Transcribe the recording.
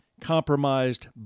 Compromised